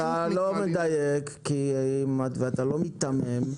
אתה לא מדייק ואתה מיתמם.